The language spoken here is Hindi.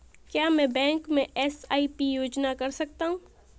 क्या मैं बैंक में एस.आई.पी योजना कर सकता हूँ?